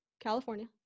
California